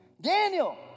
Daniel